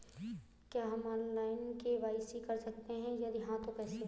क्या हम online KYC कर सकते हैं यदि हाँ तो कैसे?